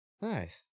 Nice